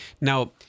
Now